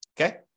Okay